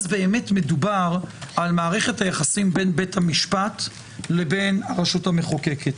אז באמת מדובר על מערכת היחסים בין בית המשפט לבין הרשות המחוקקת.